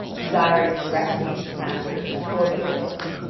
desiring to rescue his master before they kill him.